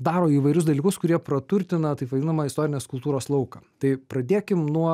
daro įvairius dalykus kurie praturtina taip vadinamą istorinės kultūros lauką tai pradėkim nuo